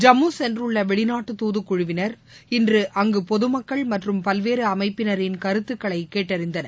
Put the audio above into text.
ஜம்முசென்றுள்ளவெளிநாட்டு து ஙக்குமுவினர் இன்றபொதுமக்கள் மற்றம் பல்வேறுஅமைப்பினரின் கருத்துக்களைகேட்டறிந்தனர்